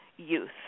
youth